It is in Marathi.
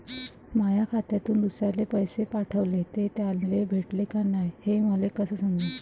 माया खात्यातून दुसऱ्याले पैसे पाठवले, ते त्याले भेटले का नाय हे मले कस समजन?